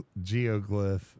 geoglyph